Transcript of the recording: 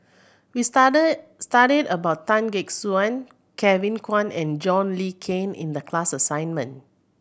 we studied about Tan Gek Suan Kevin Kwan and John Le Cain in the class assignment